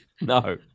No